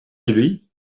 jullie